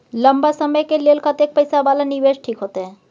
लंबा समय के लेल कतेक पैसा वाला निवेश ठीक होते?